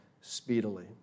speedily